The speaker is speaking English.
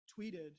tweeted